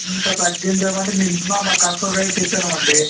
ఇంకా తగ్గించేది ఏమంటే మేము ఉన్న కరెక్ట్ రేట్ చెప్పినాము అండి